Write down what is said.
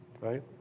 right